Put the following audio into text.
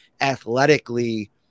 athletically